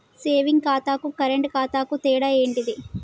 Saving ఖాతాకు current ఖాతాకు తేడా ఏంటిది?